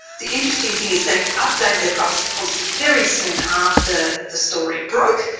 the interesting thing is they updated their privacy policy very soon after the story broke,